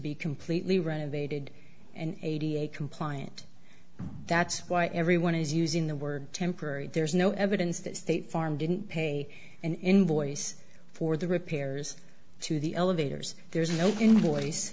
be completely renovated and eighty eight compliant that's why everyone is using the word temporary there is no evidence that state farm didn't pay an invoice for the repairs to the elevators there's no invoice